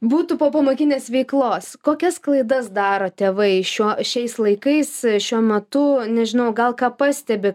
būtų popamokinės veiklos kokias klaidas daro tėvai šiuo šiais laikais šiuo metu nežinau gal ką pastebi